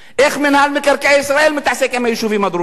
איך מינהל מקרקעי ישראל מתעסק עם היישובים הדרוזיים.